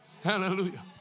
Hallelujah